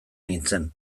nintzen